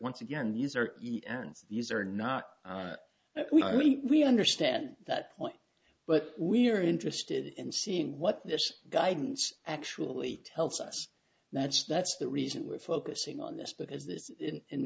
once again these are these are not really we understand that point but we're interested in seeing what this guidance actually tells us that's that's the reason we're focusing on this because this in